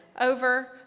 over